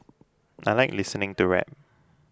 I like listening to rap